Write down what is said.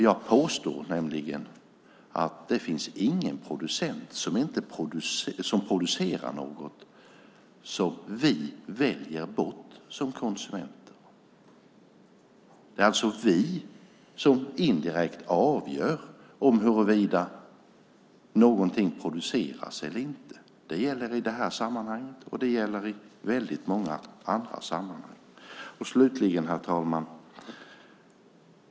Jag påstår att det inte finns någon producent som producerar något vi väljer bort som konsumenter. Det är alltså vi som indirekt avgör huruvida någonting produceras eller inte. Det gäller i det här sammanhanget och i väldigt många andra sammanhang. Herr talman!